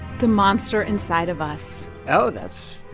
the monster inside of us oh, that's